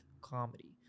comedy